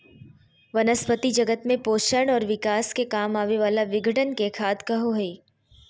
वनस्पती जगत में पोषण और विकास के काम आवे वाला विघटन के खाद कहो हइ